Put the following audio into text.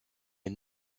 est